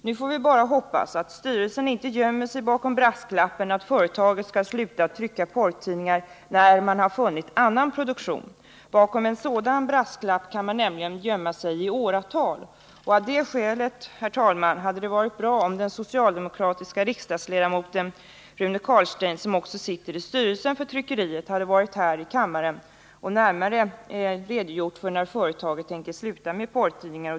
Nu får vi bara hoppas att styrelsen inte gömmer sig bakom brasklappen att företaget skall sluta trycka porrtidningar när man har funnit annan produktion. Bakom en sådan brasklapp kan man nämligen gömma sig i åratal. Och av det skälet, herr talman, hade det varit bra, om den socialdemokratiska riksdagsledamoten Rune Carlstein, som också sitter i styrelsen för tryckeriet, hade deltagit i interpellationsdebatten här i kammaren och närmare redogjort för när företaget tänker sluta med porrtidningar.